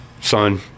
Son